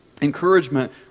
Encouragement